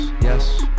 yes